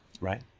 right